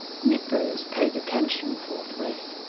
nippers paid attention forthwith.